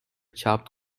chopped